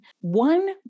One